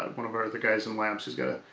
one of the guys in labs has got it.